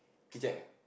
he check ah